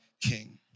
King